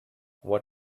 what